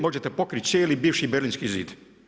Možete pokrit cijeli bivši Berlinski zid.